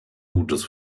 gutes